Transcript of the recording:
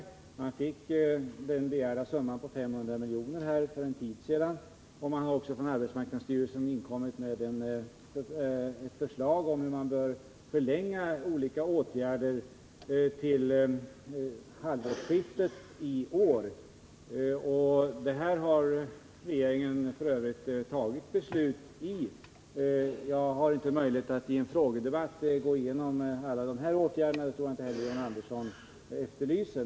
Arbetsmarknadsstyrelsen fick den begärda summan på 500 miljoner för en tid sedan, och arbetsmarknadsstyrelsen har också inkommit med förslag om att olika åtgärder skall förlängas till halvårsskiftet innevarande år. Detta har regeringen f. ö. fattat beslut om. Jag har inte möjlighet att i en frågedebatt gå igenom alla dessa åtgärder, och någon sådan redogörelse tror jag inte heller att John Andersson efterlyser.